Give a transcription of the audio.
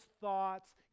thoughts